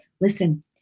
Listen